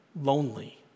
lonely